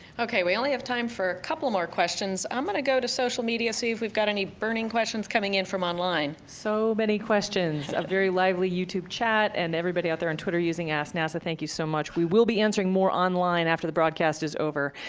okay, we only have time for a couple more questions. i'm gonna go to social media, see if we've got any burning questions coming in from online. so many questions, a very lively youtube chat, and everybody out there on and twitter using asknasa, thank you so much, we will be answering more online after the broadcast is over.